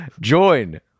Join